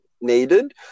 needed